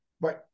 Right